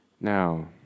Now